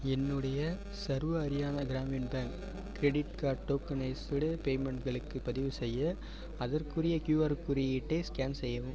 என்னுடைய Sarva Haryana Gramin Bank credit card tokenised பேமெண்ட்களுக்கு பதிவுசெய்ய அதற்குரிய க்யூஆர் குறியீட்டை ஸ்கேன் செய்யவும்